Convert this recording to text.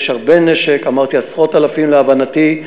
יש הרבה נשק, אמרתי עשרות אלפים, להבנתי.